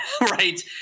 Right